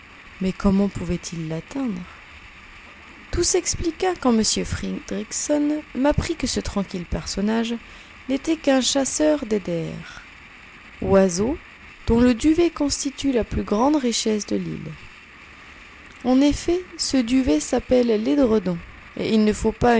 mais comment pouvait-il l'atteindre tout s'expliqua quand m fridriksson m'apprit que ce tranquille personnage n'était qu'un chasseur d'eider oiseau dont le duvet constitue la plus grande richesse de l'île en effet ce duvet s'appelle l'édredon et il ne faut pas